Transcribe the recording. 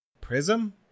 Prism